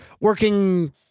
working